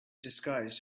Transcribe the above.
disguised